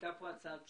הייתה פה הצעת פשרה,